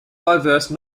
diverse